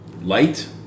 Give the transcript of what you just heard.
Light